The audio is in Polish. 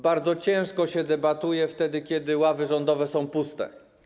Bardzo ciężko się debatuje, wtedy kiedy ławy rządowe są puste.